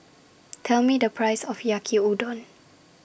Tell Me The Price of Yaki Udon